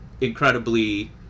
incredibly